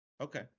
Okay